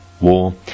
war